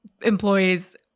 employees